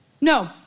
No